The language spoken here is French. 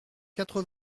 quatre